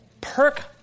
Perk